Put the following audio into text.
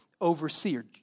overseer